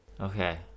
okay